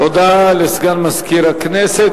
תודה לסגן מזכיר הכנסת.